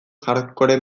hardcore